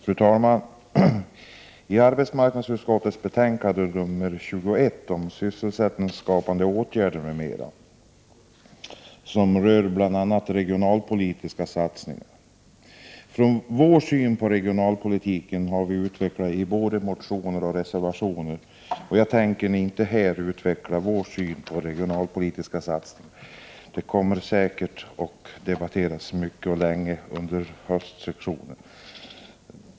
Fru talman! Arbetsmarknadsutskottets betänkande 21 om sysselsättningsskapande åtgärder m.m. rör bl.a. regionalpolitiska satsningar. Vår syn på regionalpolitiken har vi utvecklat i både motioner och reservationer, och jag tänker inte här fördjupa mig i den. Regionalpolitiska insatser kommer säkert att debatteras både mycket och länge under höstsessionen.